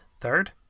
Third